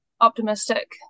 optimistic